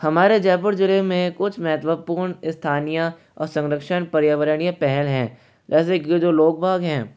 हमारे जयपुर जिले में कुछ महत्वपूर्ण स्थानीय और संरक्षण पर्यावरणीय पहल हैं वैसे के जो लोग बाग हैं